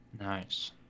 nice